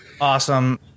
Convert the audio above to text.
Awesome